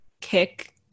kick